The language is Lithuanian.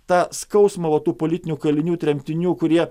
tą skausmą vat tų politinių kalinių tremtinių kurie